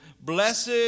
blessed